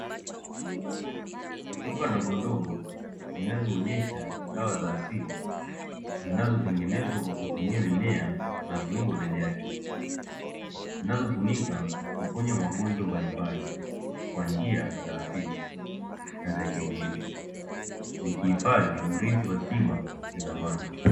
Chupa ndogondogo zinazoonyesha dawa za asili zinazotengenezwa kwa kutumia mimea na viungo vya jadi, zinazotumika kuponya magonjwa mbalimbali kwa njia za asili na za kienyeji, zikihifadhi urithi wa tiba za zamani.